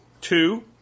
Two